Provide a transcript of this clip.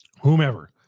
whomever